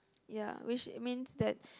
ya which means that